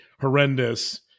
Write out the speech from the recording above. horrendous